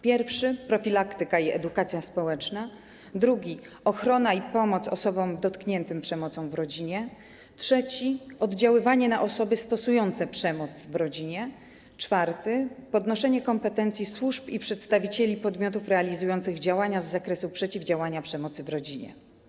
Pierwszy - profilaktyka i edukacja społeczna, drugi - ochrona i pomoc osobom dotkniętym przemocą w rodzinie, trzeci - oddziaływanie na osoby stosujące przemoc w rodzinie, czwarty - podnoszenie kompetencji służb i przedstawicieli podmiotów realizujących działania z zakresu przeciwdziałania przemocy w rodzinie.